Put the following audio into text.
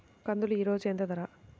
కందులు ఈరోజు ఎంత ధర?